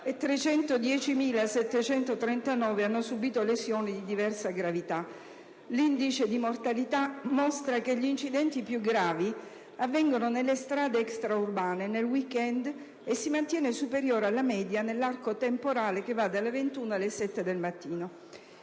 310.739 hanno subìto lesioni di diversa gravità. L'indice di mortalità mostra che gli incidenti più gravi avvengono nelle strade extraurbane e nei *weekend* e si mantiene superiore alla media nell'arco temporale che va dalle ore 21 alle 7 del mattino.